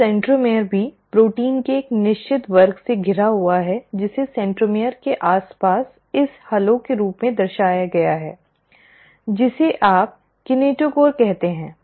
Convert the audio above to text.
अब सेंट्रोमियर भी प्रोटीन के एक निश्चित वर्ग से घिरा हुआ है जिसे सेंट्रोमीटर के आसपास इस प्रभामंडल के रूप में दर्शाया गया है जिसे आप किनेटोकोर कहते हैं